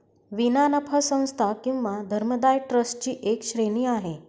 विना नफा संस्था किंवा धर्मदाय ट्रस्ट ची एक श्रेणी आहे